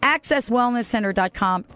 Accesswellnesscenter.com